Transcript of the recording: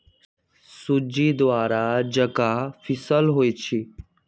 सूज़्ज़ी दर्रा जका पिसल होइ छइ